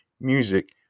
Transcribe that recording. music